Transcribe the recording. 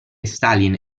stalin